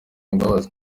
imbabazi